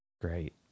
great